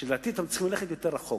שאתם צריכים ללכת יותר רחוק.